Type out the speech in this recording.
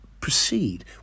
proceed